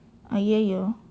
!aiyoyo!